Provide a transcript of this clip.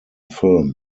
film